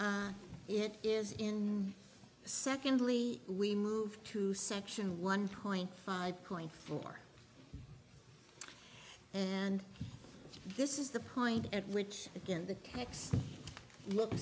it is in secondly we move to section one point five point four and this is the point at which again the next